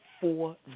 four